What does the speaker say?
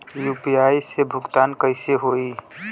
UPI से भुगतान कइसे होहीं?